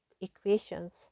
equations